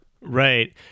Right